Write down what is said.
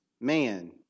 man